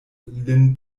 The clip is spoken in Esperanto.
lin